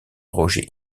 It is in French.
roger